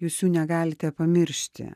jūs jų negalite pamiršti